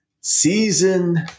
season